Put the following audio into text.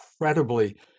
incredibly